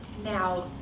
now,